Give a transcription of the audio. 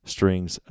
Strings